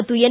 ಮತ್ತು ಎನ್